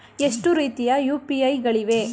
ಎಷ್ಟು ರೀತಿಯ ಯು.ಪಿ.ಐ ಗಳಿವೆ?